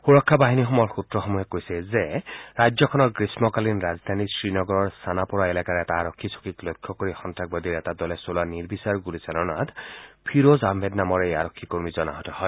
সুৰক্ষা বাহিনীৰ সূত্ৰসমূহে কৈছে যে ৰাজ্যখনৰ গ্ৰীম্মকালীন ৰাজধানী শ্ৰীনগৰৰ ছানাপৰা এলেকাৰ এটা আৰক্ষী চকীক লক্ষ্য কৰি সন্তাসবাদীৰ এটা দলে চলোৱা নিৰ্বিচাৰ গুলীচালনাত ফিৰোজ আহমেদ নামৰ এই আৰক্ষী কৰ্মীজন আহত হয়